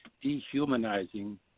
dehumanizing